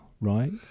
right